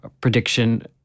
prediction